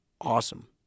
awesome